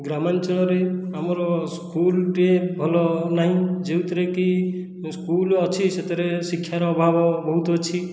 ଗ୍ରାମାଞ୍ଚଳରେ ଆମର ସ୍କୁଲଟେ ଭଲ ନାହିଁ ଯେଉଁଥିରେ କି ସ୍କୁଲ ଅଛି ସେଥିରେ ଶିକ୍ଷାର ଅଭାବ ବହୁତ ଅଛି